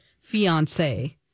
fiance